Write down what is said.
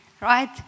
right